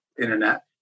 internet